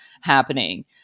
happening